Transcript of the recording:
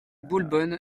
boulbonne